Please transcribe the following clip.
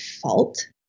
fault